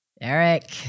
Eric